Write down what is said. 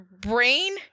brain